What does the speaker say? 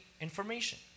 information